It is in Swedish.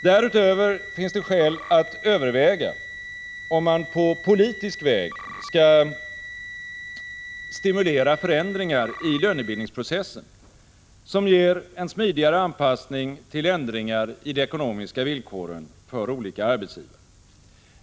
Därutöver finns det skäl att överväga om man på politisk väg skall stimulera förändringar i lönebildningsprocessen som ger en smidigare anpassning till ändringar i de ekonomiska villkoren för olika arbetsgivare.